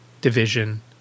division